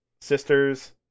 Sisters